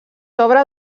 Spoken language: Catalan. obra